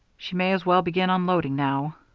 she may as well begin unloading now.